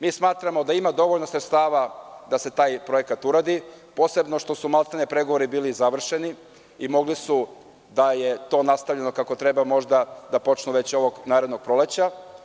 Mi smatramo da ima dovoljno sredstava da se taj projekat uradi, posebno što su maltene pregovori bili završeni i mogli su, da je to nastavljeno kako treba, možda da počnu narednog proleća.